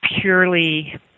purely